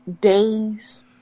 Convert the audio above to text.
days